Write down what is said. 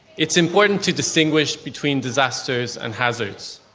it's important to distinguish between disasters and hazards.